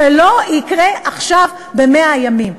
שלא יקרה עכשיו ב-100 ימים?